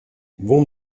vom